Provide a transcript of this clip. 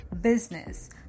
business